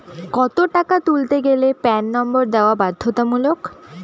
কত টাকা তুলতে গেলে প্যান নম্বর দেওয়া বাধ্যতামূলক?